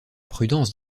prudence